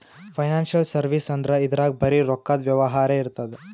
financial service ಅಂದ್ರ ಇದ್ರಾಗ್ ಬರೀ ರೊಕ್ಕದ್ ವ್ಯವಹಾರೇ ಇರ್ತದ್